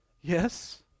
Yes